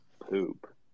Poop